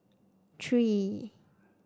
three